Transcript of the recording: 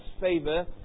favour